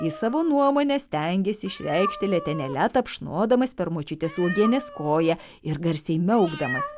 jis savo nuomonę stengėsi išreikšti letenėle tapšnodamas per močiutės uogienės koją ir garsiai miaukdamas